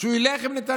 שהוא ילך עם נתניהו,